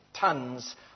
tons